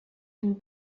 den